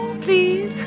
Please